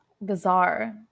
bizarre